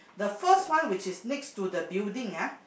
the first one which is next to the building ah